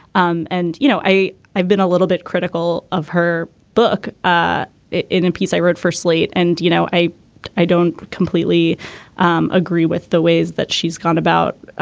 um and you know i i've been a little bit critical of her book ah in a piece i wrote for slate. and you know i i don't completely um agree with the ways that she's gone about